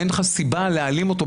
אין לך סיבה להעלים אותו,